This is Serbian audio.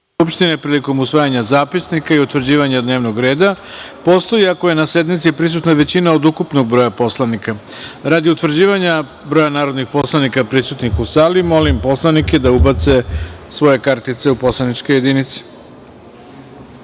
skupštine prilikom usvajanja zapisnika i utvrđivanja dnevnog reda postoji ako je na sednici prisutna većina od ukupnog broja narodnih poslanika. Radi utvrđivanja broja narodnih poslanika prisutnih u sali, molim poslanike da ubace svoje identifikacione kartice